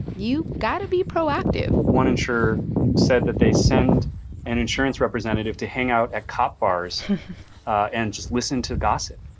you got to be proactive one insurer said that they send an insurance representative to hang out at cop bars and just listen to gossip.